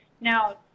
Now